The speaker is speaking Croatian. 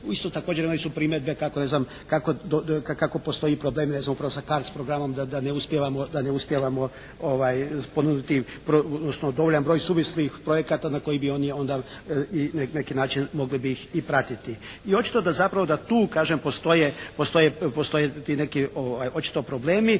kako ne znam, kako postoji problem ne znam upravo sa CARDS programom da ne uspijevamo ponuditi, odnosno dovoljan broj suvislih projekata na koje bi oni onda i neki način mogli bi ih i pratiti i očito da zapravo da tu kažem postoje ti neki očito problemi